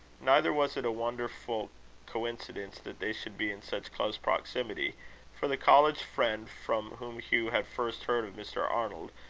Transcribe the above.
neither was it a wonderful coincidence that they should be in such close proximity for the college friend from whom hugh had first heard of mr. arnold,